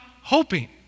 hoping